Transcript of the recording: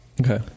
Okay